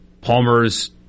Palmer's